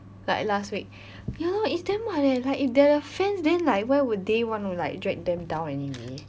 like last week ya lor it's damn [what] eh like if they're the fans then like why would they want to like drag them down anyway